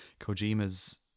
Kojima's